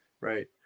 right